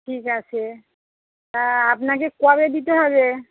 ঠিক আছে তা আপনাকে কবে দিতে হবে